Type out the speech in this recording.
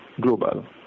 Global